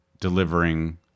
delivering